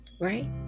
right